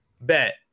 bet